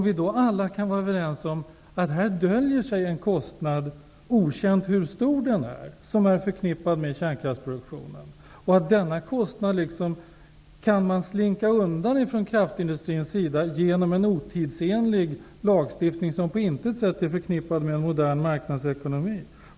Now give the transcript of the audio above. Vi skulle alla kunna vara överens om att det döljer sig en kostnad här, okänt hur stor, som är förknippad med kärnkraftsproduktionen, och att kraftindustrin kan slinka undan denna kostnad genom en otidsenlig lagstiftning som på intet sätt är förknippad med modern marknadsekonomi.